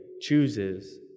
chooses